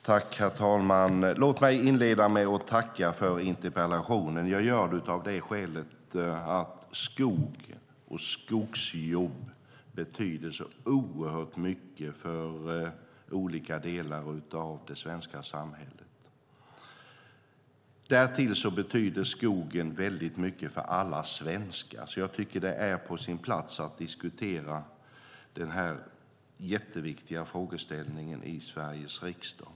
Herr talman! Låt mig inleda med att tacka för interpellationen. Jag gör det av det skälet att skog och skogsjobb betyder så mycket för olika delar av det svenska samhället. Därtill betyder skogen mycket för alla svenskar. Det är därför på sin plats att diskutera denna viktiga fråga i Sveriges riksdag.